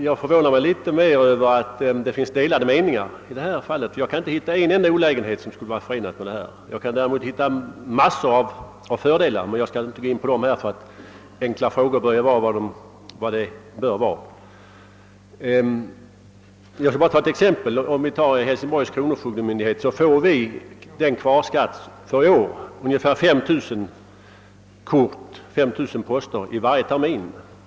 Jag förvånar mig litet över att det finns delade meningar i denna fråga, ty jag kan inte hitta en enda olägenhet förenad med den föreslagna metoden. Däremot finner jag massor av fördelar, men jag skall inte gå in på dem; enkla frågor bör ju vara vad de är avsedda att vara. Jag vill bara ta ett exempel. Inom Hälsingborgs kronofogdemyndighet får vi årets kvarstående skatt i ungefär 53000 poster varje termin.